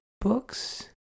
books